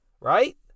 right